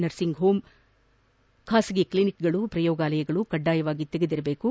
nursing home ಖಾಸಗಿ ಕ್ಷಿನಿಕ್ಗಳು ಪ್ರಯೋಗಾಲಯಗಳು ಕಡ್ಡಾಯವಾಗಿ ತೆರೆದಿರಬೇಕು